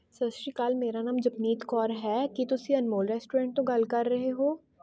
ਸਤਿ ਸ਼੍ਰੀ ਅਕਾਲ ਮੇਰਾ ਨਾਮ ਜਪਨੀਤ ਕੌਰ ਹੈ ਕੀ ਤੁਸੀਂ ਅਨਮੋਲ ਰੈਸਟੋਰੈਂਟ ਤੋਂ ਗੱਲ ਕਰ ਰਹੇ ਹੋ